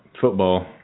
football